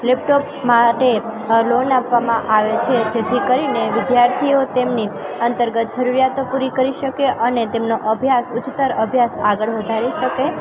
laptop માટે loan આપવામાં આવે છે જેથી કરીને વિદ્યાર્થીઓ તેમની અંતર્ગત જરૂરીયાતો પૂરી કરી શકે અને તેમનો અભ્યાસ ઉચ્ચતર અભ્યાસ આગળ વધારી શકે